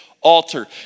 altar